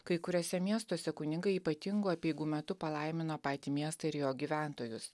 kai kuriuose miestuose kunigai ypatingų apeigų metu palaimino patį miestą ir jo gyventojus